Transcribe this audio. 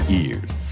ears